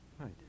Right